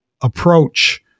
approach